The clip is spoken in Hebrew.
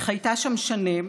היא חיתה שם שנים,